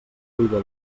cuida